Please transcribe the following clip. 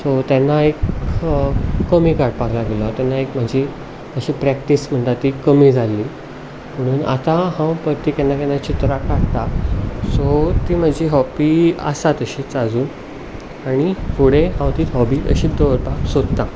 so तेन्ना एक कमी काडपाक लागिल्लो हांव तेन्ना एक म्हजी अशी प्रॅक्टीस म्हणटात ती कमी जाल्ली पुणून आतां हांव परतीं केन्ना केन्नाय चित्रां काडटा सो ती म्हजी हॉबी आसा तशीच आजून आनी फुडें हांव ती हॉबी तशीच दवरपाक सोदतां